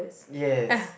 yes